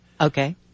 Okay